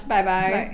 Bye-bye